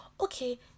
Okay